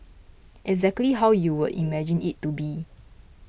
exactly how you would imagine it to be